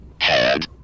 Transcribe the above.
head